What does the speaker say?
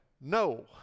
no